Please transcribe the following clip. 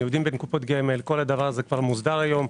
ניודים בין קופות גמל - כל הדבר הזה כבר מוסדר היום.